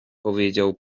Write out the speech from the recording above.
powiedział